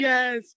Yes